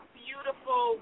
beautiful